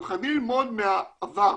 אנחנו חייבים ללמוד מהעבר,